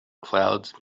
clouds